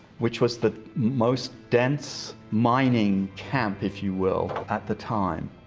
which was the most dense mining camp, if you will, at the time.